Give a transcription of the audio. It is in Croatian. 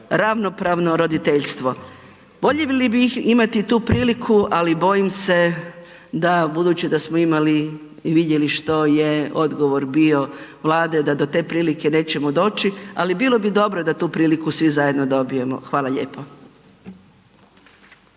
ravnopravno roditeljstvo. Voljeli bi imati tu priliku, ali bojim se da budući da smo imali i vidjeli što je odgovor bio Vlade da do te prilike nećemo doći, ali bilo bi dobro da tu priliku svi zajedno dobijemo. Hvala lijepo.